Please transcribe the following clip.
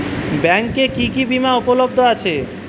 ব্যাংকে কি কি বিমা উপলব্ধ আছে?